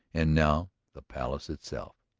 and now the palace itself.